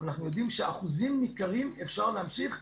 אנחנו יודעים שאחוזים ניכרים אפשר להמשיך,